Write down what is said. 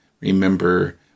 remember